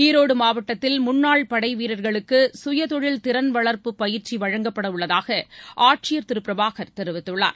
ஈரோடு மாவட்டத்தில் முன்னாள் படை வீரர்களுக்கு சுயதொழில் திறன் வளர்ப்பு பயிற்சி வழங்கப்பட உள்ளதாக ஆட்சியர் திரு பிரபாகர் தெரிவித்துள்ளார்